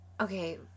Okay